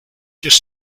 just